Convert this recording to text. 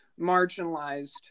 marginalized